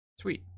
sweet